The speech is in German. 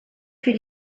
für